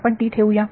आपण ठेवू या